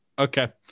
Okay